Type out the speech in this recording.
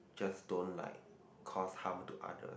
just don't like cause harm to others